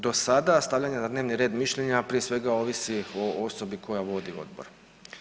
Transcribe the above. Do sada stavljanje na dnevni red mišljenja prije svega ovisi o osobi koja vodi odbor.